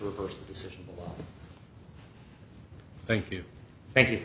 reverse a decision thank you thank you